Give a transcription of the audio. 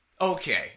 okay